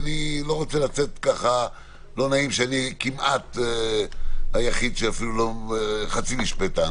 לא נעים המצב שאני כמעט היחיד שהוא חצי משפטן